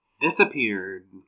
disappeared